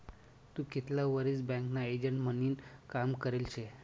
तू कितला वरीस बँकना एजंट म्हनीन काम करेल शे?